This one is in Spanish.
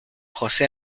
jose